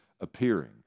appearing